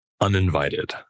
uninvited